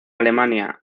alemania